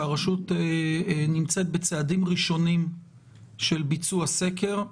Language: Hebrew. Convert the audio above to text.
שהרשות נמצאת בצעדים ראשונים של ביצוע סקר.